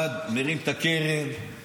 אחד מרים את הקרן,